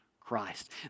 Christ